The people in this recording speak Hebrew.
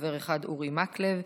חבר אחד: אורי מקלב,